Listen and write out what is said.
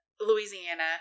Louisiana